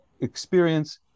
Experience